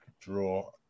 draw